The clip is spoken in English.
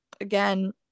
again